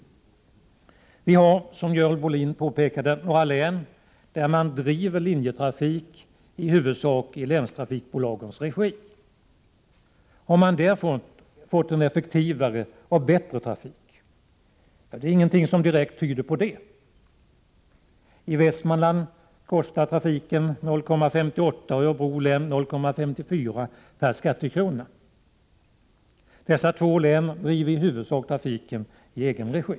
Vi har, som Görel Bohlin påpekade, några län där man driver linjetrafik i huvudsak i länstrafikbolagens regi. Har man där fått en effektivare och bättre trafik? Ingenting tyder direkt på detta. I Västmanlands län kostar trafiken 0,58 kr. och i Örebro län 0,54 kr. per skattekrona. Dessa två län driver i huvudsak trafiken i egen regi.